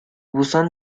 buzón